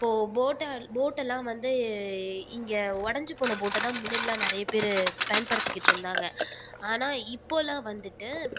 இப்போது போட் போட்டெல்லாம் வந்து இங்கே ஒடஞ்சிபோன போட் தான் முன்னடிலாம் நிறைய பேர் பயன்படுத்திக்கிட்டு இருந்தாங்க ஆனால் இப்போலாம் வந்துட்டு